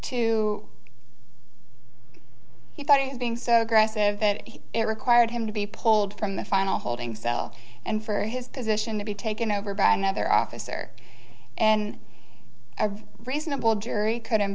two he thought he was being so aggressive that it required him to be pulled from the final holding cell and for his position to be taken over by another officer and a reasonable jury could him